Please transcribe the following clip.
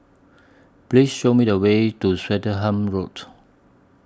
Please Show Me The Way to Swettenham Road